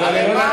הרי מה,